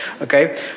Okay